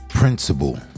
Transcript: Principle